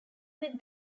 which